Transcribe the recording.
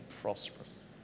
prosperous